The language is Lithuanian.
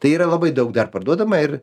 tai yra labai daug dar parduodama ir